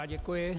Děkuji.